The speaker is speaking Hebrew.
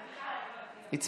(הגבלת פעילות של מוסדות המקיימים פעילות חינוך) (תיקון מס' 18),